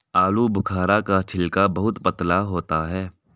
आलूबुखारा का छिलका बहुत पतला होता है